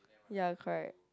ya correct